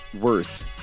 worth